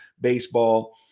baseball